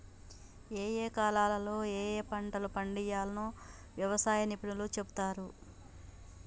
ఏయే కాలాల్లో ఏయే పంటలు పండియ్యాల్నో వ్యవసాయ నిపుణులు చెపుతారు